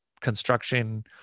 construction